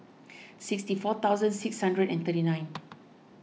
sixty four thousand six hundred and thirty nine